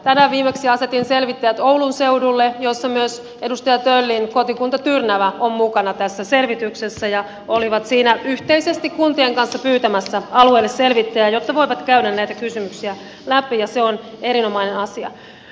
tänään viimeksi asetin selvittäjät oulun seudulle jossa myös edustaja töllin kotikunta tyrnävä on mukana tässä selvityksessä ja he olivat siinä yhteisesti kuntien kanssa pyytämässä alueelle selvittäjää jotta voivat käydä näitä kysymyksiä läpi ja se on erinomainen asia